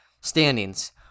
standings